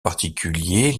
particulier